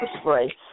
spray